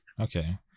Okay